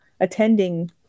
attending